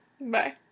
Bye